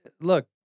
look